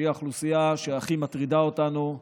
שהיא האוכלוסייה שהכי מטרידה אותנו,